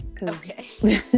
Okay